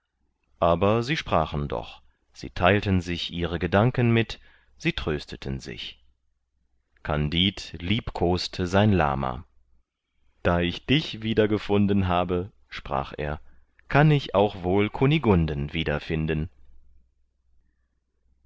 aber sie sprachen doch sie theilten sich ihre gedanken mit sie trösteten sich kandid liebkoste sein lama da ich dich wiedergefunden habe sprach er kann ich auch wohl kunigunden wiederfinden